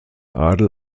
adel